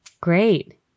Great